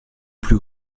plus